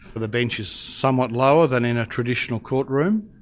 the bench is somewhat lower than in a traditional court room.